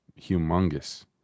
humongous